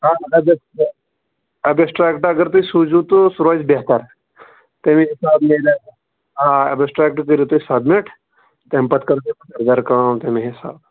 آ ایٚبسٹرٛیکٹہٕ ایٚبسٹرٛیکٹہٕ اگر تُہۍ سوٗزِو تہٕ سُہ روزِ بیٚہتر تَمے حِسابہٕ نیرِٕہا آ ایبسٹرٛیکٹہٕ کٔرِو تُہۍ سَبمِٹ تَمہِ پَتہٕ کَرٕ بہٕ دُبارٕ کٲم تَمے حِسابہٕ